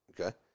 okay